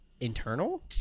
internal